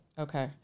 Okay